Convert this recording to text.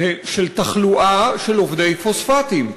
תחלואה של עובדי פוספטים.